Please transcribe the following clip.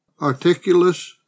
Articulus